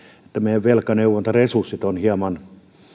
että meidän velkaneuvontaresurssit ovat hieman